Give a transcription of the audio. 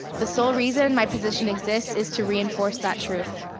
the sole reason my position exists is to reinforce that truth.